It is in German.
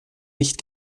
nicht